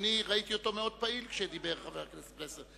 ראיתי שאדוני היה מאוד פעיל כשדיבר חבר הכנסת פלסנר.